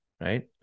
right